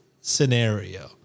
scenario